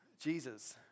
Jesus